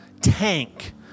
tank